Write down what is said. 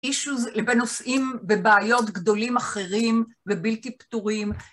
אישוז לבין נושאים בבעיות גדולים אחרים ובלתי פתורים.